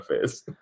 face